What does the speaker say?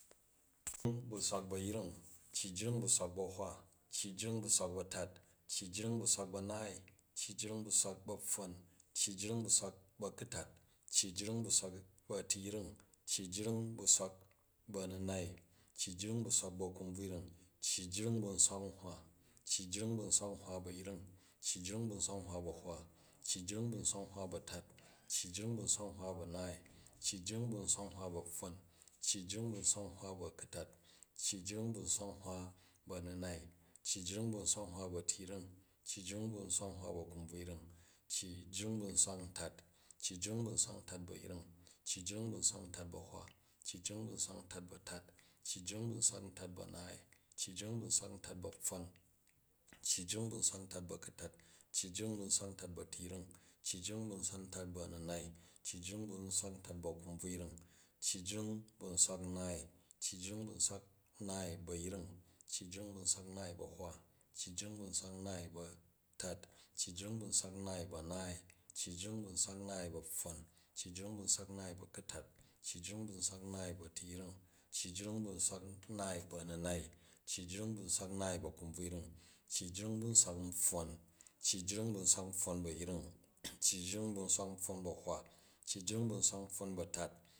Cyi jring bu swak bu a̱yring, cyi jring bu swak bu a̱hwa, cyi jring bu swak bu a̱tat, cyi jring bu swak bu a̱naai, cyi jring bu swak bu a̱pfwon, cyi jring bu swak bu a̱kutat, cyi jring bu swak bu a̱tiyring, cyi jring bu swak bu a̱minai, cyi jring bu swak bu a̱kumvuyring, cyi jring bu nswak nhwa. Cyi jring bu nswak nhwa bu a̱yring, cyi jring bu nswak nhwa bu a̱hwa, cyi jring bu nswak nhwa bu a̱tat, cyi jring bu nswak nhwa bu a̱naai, cyi jring bu nsak nhwa bu a̱pfwon, cyi jring bu nswak nhwa bu a̱kulat, cyi jring bu nswak nhwa bu a̱minai, cyi jring bu nswak nhwa bu a̱tiyring, cyi jring bu nswak akubvuyring, cyi jring bu nswak ntat. Cyi jring bu nswak tat bu a̱yring, cyi jring bu nswak ntat bu a̱hwu, cyi jring bu nswak ntat bu a̱naai, cyi jring bu nswak ntat bu apfwong, cyi jring bu nswak ntat bu a̱ju̱tat, cyi jring bu nswak ntat bu a̱tiyring, cyi jring bu nswak ntat bu a̱minai, cyi jring bu nswak ntat bu a̱kubvyuring, cyi jring bu nswak naai. Cyi jring bu nswak naai bu a̱yring, cyi jring bu nswak naai bu a̱hwa, cyi jring bu nswak naai bu a̱tat, cyi jring bu nswak naai bu a̱naai, cyi jring bu nswak naai bu a̱pfwong, cyi jring bu nswak naai bu a̱ku̱tat, cyi jring bu nswak naai bu a̱tiyring, cyi jring bu nswak naai bu a̱minai, cyi jring bu nswak naai bu a̱kubvuyring, cyi jring bu nswak naai bu a̱kubvuyring, cyi jring bu nswak npfwon. Cyi jring bu nswak npfwon bu a̱yring, cyi jring bu nswak npfwon bu a̱hwa, cyi jring bu nswak npfwon a̱tat